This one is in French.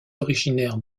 originaire